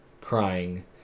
crying